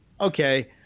okay